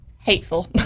hateful